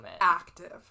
active